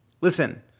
Listen